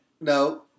No